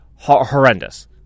horrendous